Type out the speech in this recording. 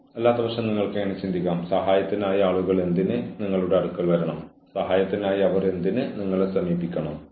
ഒരു follow up പ്ലാനിലേക്കുള്ള കരാർ പുരോഗമനപരവും നല്ലതുമായ അച്ചടക്ക നടപടിക്രമങ്ങളിൽ നിർണായകമാണ്